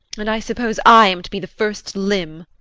and i suppose i am to be the first limb